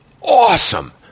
awesome